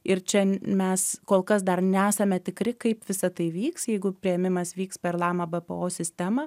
ir čia mes kol kas dar nesame tikri kaip visa tai vyks jeigu priėmimas vyks per lama bpo sistemą